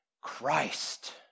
Christ